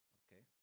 okay